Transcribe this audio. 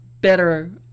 better